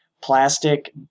plastic